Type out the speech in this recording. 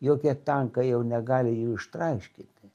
jokie tankai jau negali jų ištraiškyti